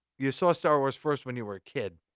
you saw star wars force when you were a kid.